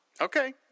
Okay